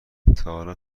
تاحالا